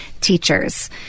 teachers